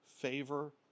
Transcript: favor